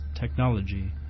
technology